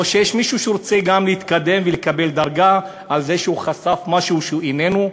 או שיש מישהו שרוצה להתקדם ולקבל דרגה על זה שהוא חשף משהו שהוא איננו?